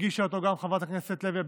הגישה אותו גם חברת הכנסת לוי אבקסיס,